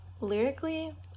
Lyrically